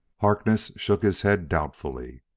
harkness shook his head doubtfully.